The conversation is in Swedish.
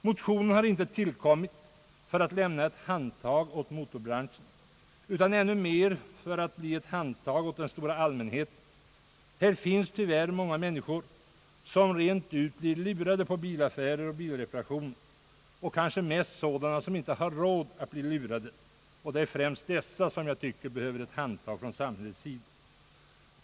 Motionen har inte tillkommit för att lämna ett handtag åt motorbranschen utan mera för att ge ett handtag åt den stora allmänheten. Det finns tyvärr många människor som rent ut sagt blir lurade på bilaffärer och reparationer. Det gäller kanske i de flesta fall sådana som inte har råd att bli lurade, och det är i första hand dessa människor som jag tycker behöver ett handtag från samhällets sida.